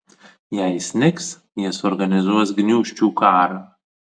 jei snigs jis organizuos gniūžčių karą